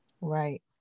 right